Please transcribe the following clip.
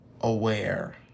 aware